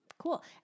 Cool